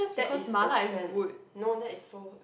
that is a trend no that is so